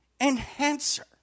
enhancer